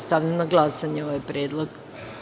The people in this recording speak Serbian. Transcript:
Stavljam na glasanje ovaj predlog.